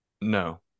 No